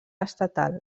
estatal